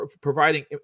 providing